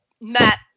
Matt